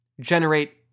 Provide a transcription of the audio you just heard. generate